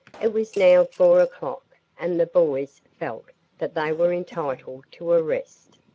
it was now four o'clock and the boys felt that they were entitled to a rest.